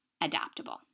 adaptable